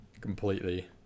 completely